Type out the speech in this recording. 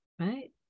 Right